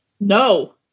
No